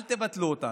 אל תבטלו אותנו.